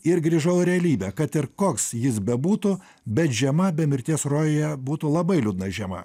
ir grįžau į realybę kad ir koks jis bebūtų bet žiema be mirties rojuje būtų labai liūdna žiema